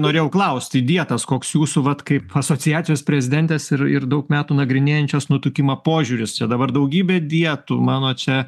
norėjau klausti dietas koks jūsų vat kaip asociacijos prezidentės ir ir daug metų nagrinėjančios nutukimą požiūris čia dabar daugybė dietų mano čia